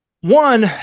One